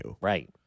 Right